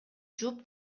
жууп